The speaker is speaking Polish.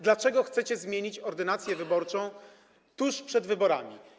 Dlaczego chcecie zmienić ordynację wyborczą tuż przed wyborami?